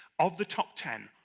of the top ten,